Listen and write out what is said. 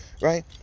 right